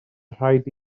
rhaid